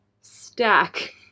stack